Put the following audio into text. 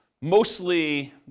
mostly